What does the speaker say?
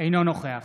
אינו נוכח